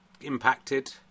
impacted